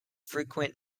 frequent